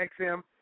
XM